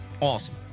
Awesome